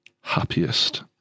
happiest